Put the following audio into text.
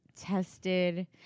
tested